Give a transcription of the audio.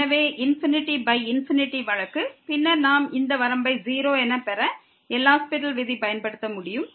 எனவே வழக்கு பின்னர் நாம் இந்த வரம்பை 0 என பெற எல்ஹாஸ்பிடல் விதியை பயன்படுத்த முடியும்